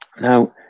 Now